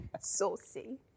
saucy